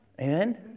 amen